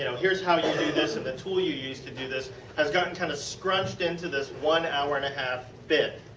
you know here is how you do this and the tool you use to do this has gotten kind of scrunched into this one hour and a half bit.